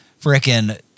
freaking